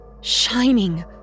shining